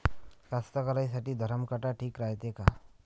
कास्तकाराइसाठी धरम काटा ठीक रायते का?